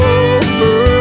over